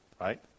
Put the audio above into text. right